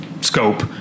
scope